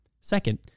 Second